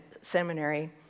Seminary